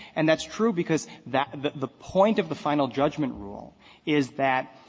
and that's true because that the the point of the final judgment rule is that